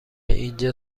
اینجا